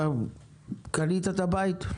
קניתם את הבית?